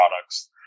products